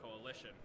Coalition